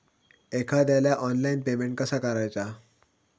एखाद्याला online payment कसा करायचा?